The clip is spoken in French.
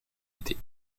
été